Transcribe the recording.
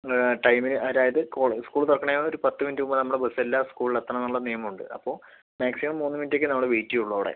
ടൈമിന് അതായത് സ്കൂൾ തുറക്കുന്നതിന് ഒരു പത്തുമിനിറ്റ് മുൻപ് നമ്മുടെ ബസ്സെല്ലാം സ്കൂളിലെത്തണം എന്നുള്ള നിയമമുണ്ട് അപ്പോൾ മാക്സിമം മൂന്നുമിനിറ്റൊക്കെയേ നമ്മൾ വെയിറ്റ് ചെയ്യൂ അവിടെ